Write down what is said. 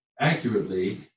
accurately